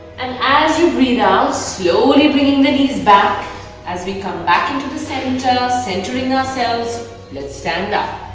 and as you renounce slowly bringing the knees back as we come back into the center centering ourselves let's stand up.